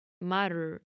matter